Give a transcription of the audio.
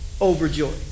Overjoyed